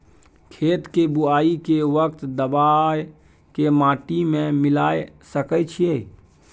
खेत के बुआई के वक्त दबाय के माटी में मिलाय सके छिये?